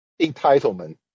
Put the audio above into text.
entitlement